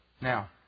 Now